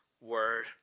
word